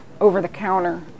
over-the-counter